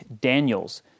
Daniels